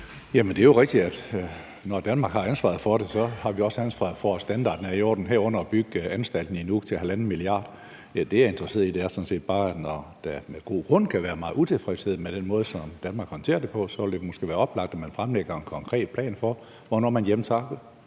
at når Danmark har ansvaret for det, har vi også ansvaret for, at standarden er i orden, herunder at bygge anstalten i Nuuk til 1,5 mia. kr. Men det, jeg er interesseret i at påpege, er sådan set bare, at når der med god grund kan være meget utilfredshed med den måde, som Danmark håndterer det på, vil det måske være oplagt, at man fremlægger en konkret plan for, hvornår man hjemtager